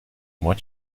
what